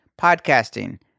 podcasting